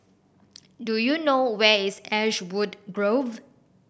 do you know where is Ashwood Grove